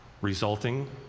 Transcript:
resulting